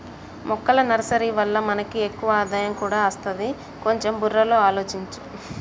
మొక్కల నర్సరీ వల్ల మనకి ఎక్కువ ఆదాయం కూడా అస్తది, కొంచెం బుర్రలో ఆలోచించు